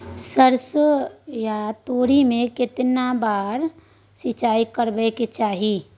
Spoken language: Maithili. सरसो या तोरी में केतना बार सिंचाई करबा के चाही?